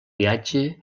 viatge